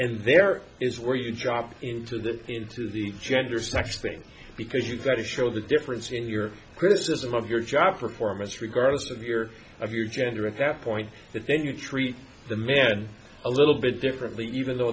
and there is where you drop into the into the gender sex thing because you've got to show the difference in your criticism of your job performance regardless of your of your gender at that point the thing you treat the man a little bit differently even though